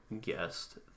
guessed